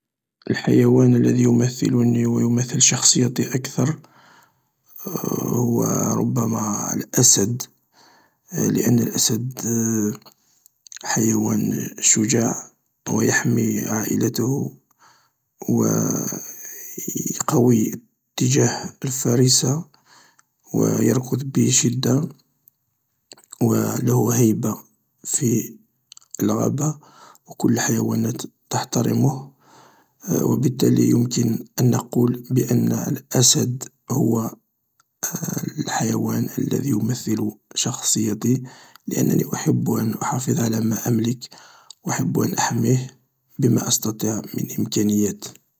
الحيوان الذي يمثلني و يمثل شخصيتي أكثر, هو ربما الأسد لان الأسد حيوان شجاع و يحمي عائلته و قوي اتجاه الفريسة و يركض بشدة و له هيبة في الغابة و كل الحيوانات تحترمه و بالتالي يمكن أن نقول بأن الأسد هو الحيوان الذي يمثل شخصيتي لأنني أحب أن أحافظ على ما أملك أحب أن أحميه بما أستطيع من امكانيات.